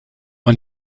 man